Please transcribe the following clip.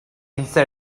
inside